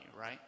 Right